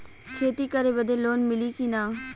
खेती करे बदे लोन मिली कि ना?